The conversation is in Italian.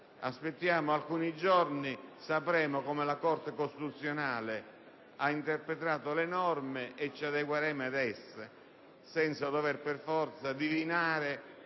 Aspettiamo alcuni giorni, sapremo come la Corte costituzionale ha interpretato le norme e ci adegueremo ad esse, senza dover per forza divinare